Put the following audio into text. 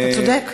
אתה צודק.